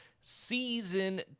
season